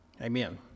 Amen